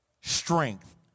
Strength